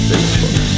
Facebook